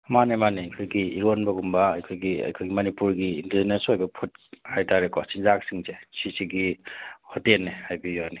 ꯃꯥꯅꯦ ꯃꯥꯅꯦ ꯑꯩꯈꯣꯏꯒꯤ ꯏꯔꯣꯟꯕꯒꯨꯝꯕ ꯑꯩꯈꯣꯏꯒꯤ ꯃꯅꯤꯄꯨꯔꯒꯤ ꯏꯟꯗꯤꯖꯤꯅꯁ ꯑꯣꯏꯕ ꯐꯨꯠ ꯍꯥꯏꯇꯥꯔꯦꯀꯣ ꯆꯤꯟꯖꯥꯛꯁꯤꯡꯁꯦ ꯁꯤꯁꯤꯒꯤ ꯍꯣꯇꯦꯜꯅꯦ ꯍꯥꯏꯕꯤꯌꯨ ꯌꯥꯅꯤ